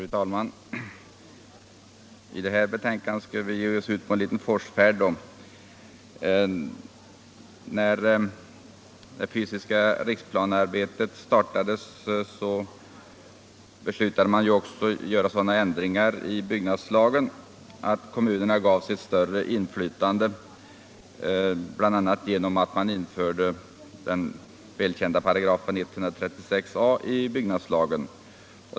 Fru talman! I det här betänkandet ger vi oss ut på en liten forsfärd. När arbetet på den fysiska riksplanen startades beslutade man också göra sådana ändringar i byggnadslagen att kommunerna fick ett större inflytande. Bl.a. införde man den välkända 136 a§ i byggnadslagen.